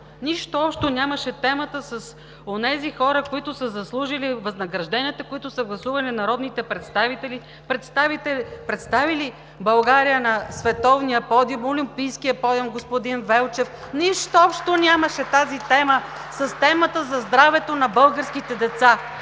Нищо общо нямаше темата с онези хора, които са заслужили възнагражденията, които са гласували народните представители, представили България на световния подиум, олимпийския подиум, господин Велчев, нищо общо нямаше (ръкопляскания от „БСП за България“) тази тема, с темата за здравето на българските деца.